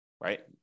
right